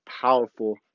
powerful